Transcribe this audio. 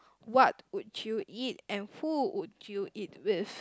what would you eat and who would you eat with